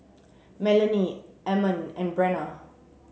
Melany Ammon and Brenna